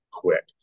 quick